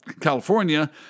California